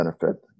benefit